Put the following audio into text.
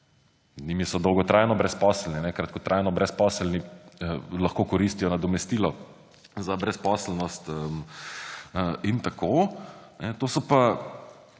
njimi so dolgotrajno brezposelni, kratkotrajno brezposelni lahko koristijo nadomestilo za brezposelnost in tako, to so pa